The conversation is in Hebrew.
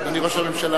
אדוני ראש הממשלה,